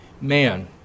man